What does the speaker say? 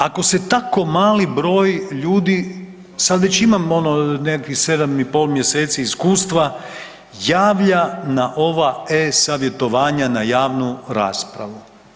Ako se tako mali broj ljudi, sad već imamo ono nekakvih 7 i pol mjeseci iskustva, javlja na ova e-savjetovanja na javnu raspravu.